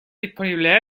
disponible